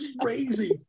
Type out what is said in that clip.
crazy